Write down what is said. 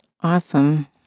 Awesome